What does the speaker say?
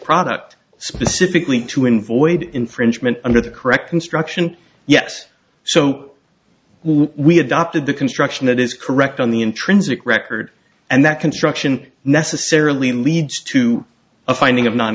product specifically to in void infringement under the correct construction yes so we adopted the construction that is correct on the intrinsic record and that construction necessarily leads to a finding of non